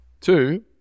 Two